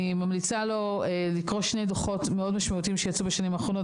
אני ממליצה לו לקרוא שני דוחות מאוד משמעותיים שיצאו בשנים האחרונות,